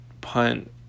punt